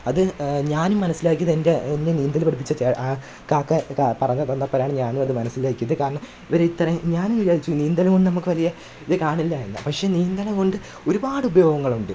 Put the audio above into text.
അത് ഞാനും മനസ്സിലാക്കിയത് എന്റെ എന്നെ നീന്തൽ പഠിപ്പിച്ച ചേ ആ കാക്ക കാക്ക പറഞ്ഞ് തന്നപ്പോഴാണ് ഞാനും അത് മനസ്സിലാക്കിയത് കാരണം ഇവരിത്രയും ഞാനും വിചാരിച്ചു നീന്തൽ കൊണ്ട് നമുക്ക് വലിയ ഇത് കാണില്ല എന്ന് പക്ഷെ നീന്തൽ കൊണ്ട് ഒരുപാട് ഉപയോഗങ്ങളുണ്ട്